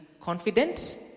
confident